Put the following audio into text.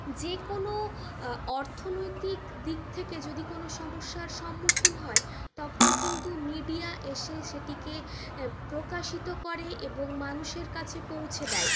যে কোনো অর্থনৈতিক দিক থেকে যদি কোনো সমস্যার সম্মুখীন হয় তখন কিন্তু মিডিয়া এসে সেটিকে প্রকাশিত করে এবং মানুষের কাছে পৌঁছে দেয়